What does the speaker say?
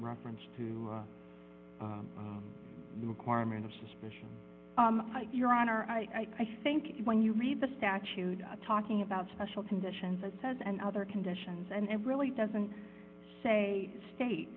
reference to the requirement of suspicion your honor i think when you read the statute talking about special conditions it says and other conditions and it really doesn't say state